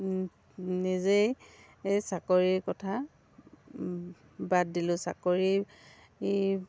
নিজেই চাকৰিৰ কথা বাদ দিলোঁ চাকৰি